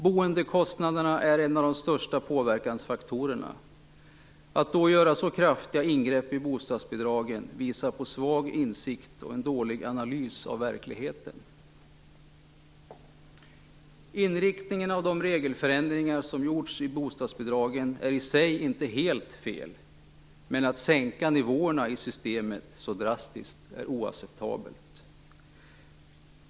Boendekostnaderna är en av de största påverkansfaktorerna. Att då göra så kraftiga ingrepp i bostadsbidragen visar på svag insikt och dålig analys av verkligheten. Inriktningen av de regelförändringar som gjorts i bostadsbidragen är i sig inte helt fel. Men att sänka nivåerna i systemet så drastiskt är oacceptabelt.